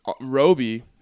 Roby